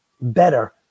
better